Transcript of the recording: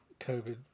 covid